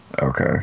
Okay